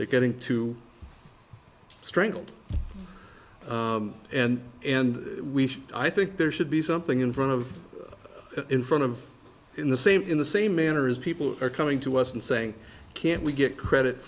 getting to strangled and and we should i think there should be something in front of it in front of in the same in the same manner as people are coming to us and saying can we get credit